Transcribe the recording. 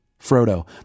Frodo